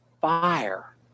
Fire